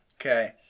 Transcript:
Okay